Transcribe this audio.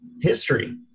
history